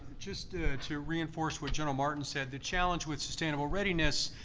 just to reinforce what general martin said, the challenge with sustainable readiness,